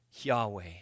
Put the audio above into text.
Yahweh